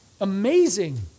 Amazing